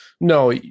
no